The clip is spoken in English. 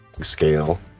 scale